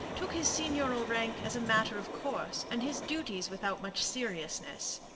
took his seigneurial rank as a matter of course, and his duties without much seriousness.